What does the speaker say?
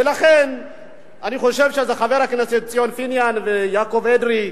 ולכן אני חושב שחברי הכנסת ציון פיניאן ויעקב אדרי,